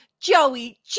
Joey